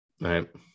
Right